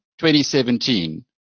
2017